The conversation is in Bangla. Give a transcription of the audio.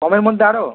কমের মধ্যে আরও